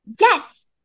Yes